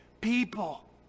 people